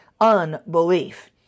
unbelief